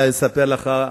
אני אספר לך,